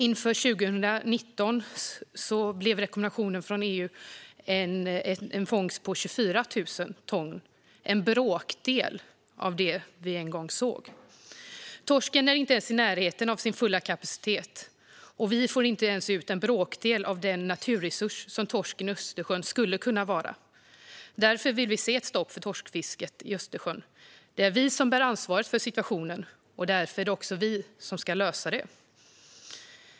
Inför 2019 blev rekommendationen från EU en fångst på 24 000 ton, en bråkdel av det vi en gång såg. Torsken är inte ens i närheten av sin fulla kapacitet, och vi får bara ut en bråkdel av den naturresurs som torsken i Östersjön skulle kunna vara. Därför vill Vänsterpartiet se ett stopp för torskfisket i Östersjön. Det är vi som bär ansvaret för situationen, och därför är det också vi som ska lösa den.